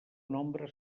nombre